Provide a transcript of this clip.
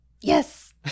Yes